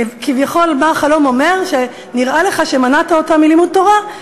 כביכול מה החלום אומר: נראה לך שמנעת אותם מלימוד תורה,